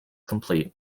complete